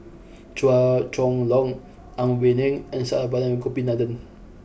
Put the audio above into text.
Chua Chong Long Ang Wei Neng and Saravanan Gopinathan